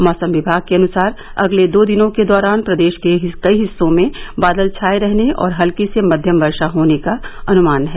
मौसम विभाग के अनुसार अगले दो दिनों के दौरान प्रदेश के कई हिस्सों में बादल छाए रहने और हल्की से मध्यम वर्षा होने का अनुमान है